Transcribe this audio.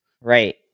Right